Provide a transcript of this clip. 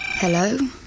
Hello